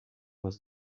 was